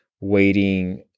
waiting